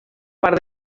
part